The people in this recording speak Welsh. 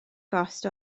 gost